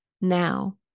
now